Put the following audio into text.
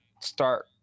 start